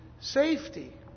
safety